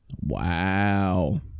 Wow